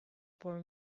for